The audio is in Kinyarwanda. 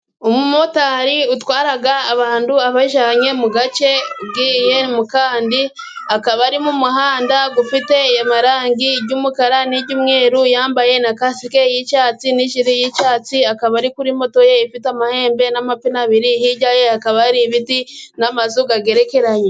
Umumotari utwara abantu abajyanye mu gace agiye mu kandi, akaba ari mu muhanda ufite amarangi y'umukara n'umweru, yambaye na kasike y'icyatsi n'ijire y'icyatsi, akaba ari kuri moto ye, ifite amahembe n'amapine abiri, hirya ye hakaba hari ibiti n'amazu agerekeranye.